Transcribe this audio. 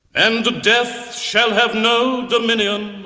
and death shall have no dominion.